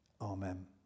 Amen